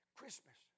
Christmas